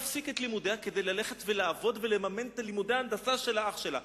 כדי ללכת ולעבוד ולממן את לימודי ההנדסה של האח שלה.